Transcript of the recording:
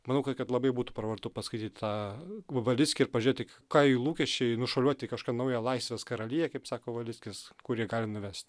manau kad labai būtų pravartu paskaityt tą valickį ir pažiūrėt ką jų lūkesčiai nušoliuoti į kažkokią naują laisvės karaliją kaip sako valickis kuri jie gali nuvesti